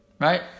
Right